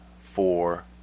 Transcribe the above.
four